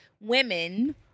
women